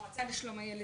המועצה שלום הילד,